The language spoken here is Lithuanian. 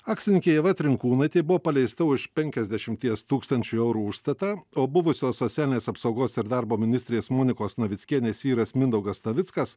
akcininkė ieva trinkūnaitė buvo paleista už penkiasdešimties tūkstančių eurų užstatą o buvusios socialinės apsaugos ir darbo ministrės monikos navickienės vyras mindaugas navickas